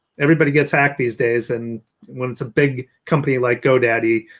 everybody gets hacked these days. and when it's a big company like godaddy,